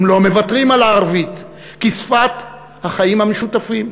הם לא מוותרים על הערבית כשפת החיים המשותפים.